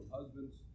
husbands